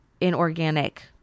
inorganic